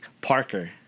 Parker